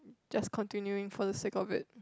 just continuing for the sake of it